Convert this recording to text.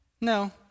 No